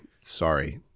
sorry